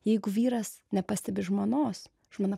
jeigu vyras nepastebi žmonos žmona